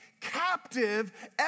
Captive